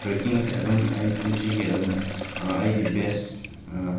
ꯇ꯭ꯔꯦꯛꯀꯤꯡꯁꯦ ꯑꯗꯨꯝ ꯑꯩ ꯄꯨꯟꯁꯤꯒꯤ ꯑꯗꯨꯝ ꯑꯩꯒꯤ ꯕꯦꯁ